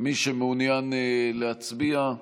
מי שמעוניין להצביע,